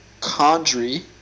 Condry